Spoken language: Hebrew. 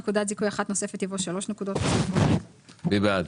מי בעד?